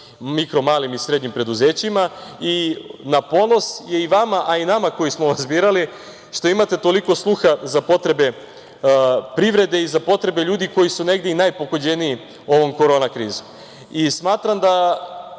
mikro, malim i srednjim preduzećima i na ponos je i vama, a i nama koji smo vas birali, što imate toliko sluha za potrebe privrede i za potrebe ljudi koji su negde i najpogođeniji ovom korona krizom. Smatram da